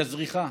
את הזריחה,